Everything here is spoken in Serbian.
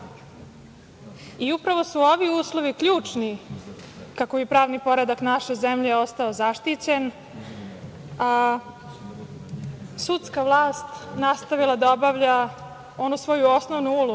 Upravo su ovi uslovi ključni kako bi pravni poredak naše zemlje ostao zaštićen, a sudska vlast nastavila da obavlja onu svoju osnovnu ulogu,